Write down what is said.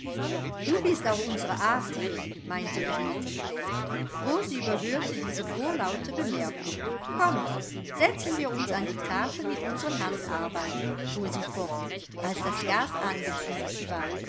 du bist auch unsre artige meinte grete rosi überhörte diese vorlaute bemerkung kommt setzen wir uns an die tafel mit unsren handarbeiten fuhr sie fort als das gas angezündet war